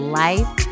life